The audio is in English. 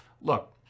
look